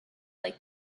like